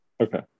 Okay